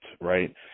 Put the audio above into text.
right